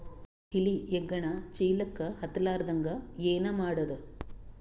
ಇಲಿ ಹೆಗ್ಗಣ ಚೀಲಕ್ಕ ಹತ್ತ ಲಾರದಂಗ ಏನ ಮಾಡದ?